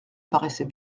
paraissait